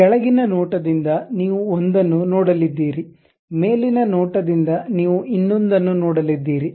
ಕೆಳಗಿನ ನೋಟದಿಂದ ನೀವು ಒಂದನ್ನು ನೋಡಲಿದ್ದೀರಿ ಮೇಲಿನ ನೋಟದಿಂದ ನೀವು ಇನ್ನೊಂದನ್ನು ನೋಡಲಿದ್ದೀರಿ